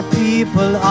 people